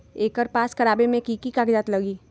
एकर पास करवावे मे की की कागज लगी?